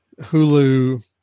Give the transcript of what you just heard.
Hulu